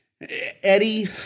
Eddie